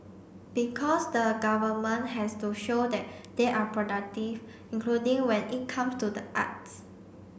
because the government has to show that they are productive including when it comes to the arts